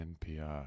NPR